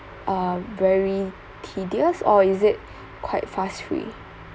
uh very tedious or is it quite fuss free